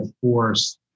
force